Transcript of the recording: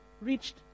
reached